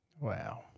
Wow